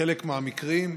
בחלק מהמקרים,